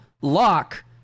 lock